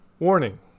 Warning